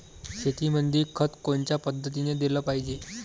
शेतीमंदी खत कोनच्या पद्धतीने देलं पाहिजे?